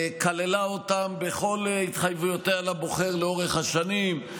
כללה אותם בכל התחייבויותיה לבוחר לאורך השנים,